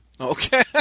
Okay